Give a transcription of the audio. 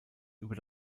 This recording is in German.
über